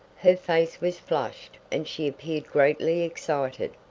her face was flushed and she appeared greatly excited.